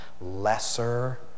lesser